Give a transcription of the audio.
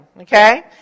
Okay